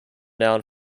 noun